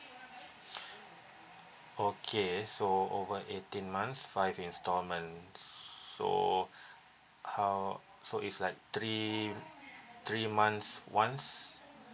okay so over eighteen months five installment so how so is like three three months once